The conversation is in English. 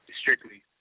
strictly